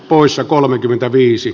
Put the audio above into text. kunnioitettu puhemies